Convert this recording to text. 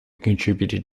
contributed